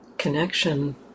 connection